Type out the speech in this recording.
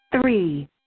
Three